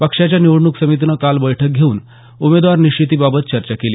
पक्षाच्या निवडणूक समितीनं काल बैठक घेऊन उमेदवार निश्चितीबाबत चर्चा केली